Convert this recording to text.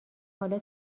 حالا